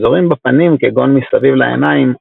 ואזורים בפנים כגון מסביב לעיניים,